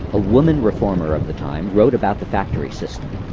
a woman reformer of the time, wrote about the factory system